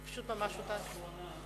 פשוט ממש אותה שאלה.